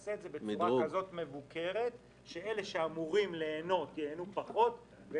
נעשה כך שאלה שאמורים ליהנות ייהנו פחות.